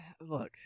Look